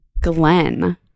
Glenn